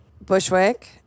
bushwick